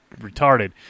retarded